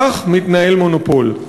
כך מתנהל מונופול.